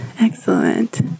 Excellent